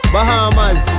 Bahamas